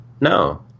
No